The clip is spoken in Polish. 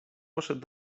poszedł